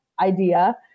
idea